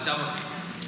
שם זה מתחיל.